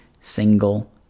single